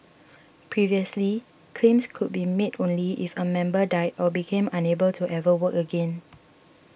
previously claims could be made only if a member died or became unable to ever work again